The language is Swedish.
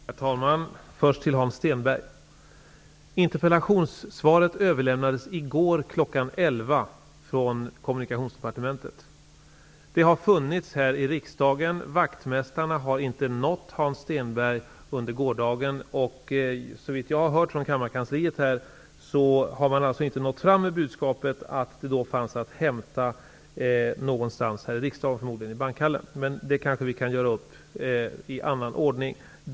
Herr talman! Först till Hans Stenberg: Kommunikationsdepartementet. Det har funnits här i riksdagen, men vaktmästarna har under gårdagen inte nått Hans Stenberg. Såvitt jag har hört från Kammarkansliet har man inte nått fram med budskapet att svaret fanns att hämta här i riksdagen. Men detta kanske vi kan göra upp i annan ordning.